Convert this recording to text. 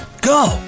go